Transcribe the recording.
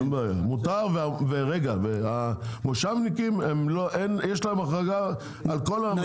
מותר והמושבניקים יש להם החרגה על כל המצבים.